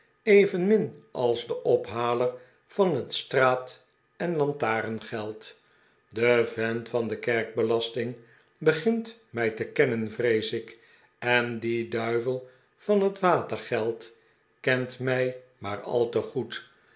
evenmin als de ophaler van het straat en lantarengeld de vent van de kerkbelasting begint mij te kennen vrees ik en die duivel van het wat erg eld kent mij maar al te goed